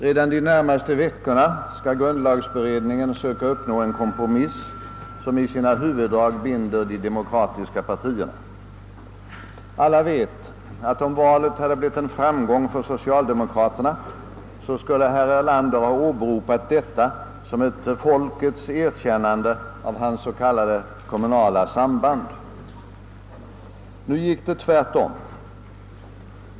Under de närmaste veckorna skall grundlagsberedningen försöka uppnå en kompromiss, som i sina huvuddrag binder de demokratiska partierna. Alla vet, att om valet hade blivit en framgång för socialdemokraterna, så skulle herr Erlander ha åberopat detta som ett folkets erkännande av hans s.k. kommunala samband. Nu blev det tvärtom.